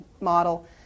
model